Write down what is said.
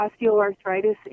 osteoarthritis